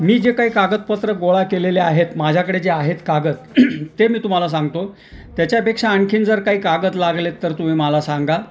मी जे काही कागदपत्र गोळा केलेले आहेत माझ्याकडे जे आहेत कागद ते मी तुम्हाला सांगतो त्याच्यापेक्षा आणखीन जर काही कागद लागले तर तुम्ही मला सांगा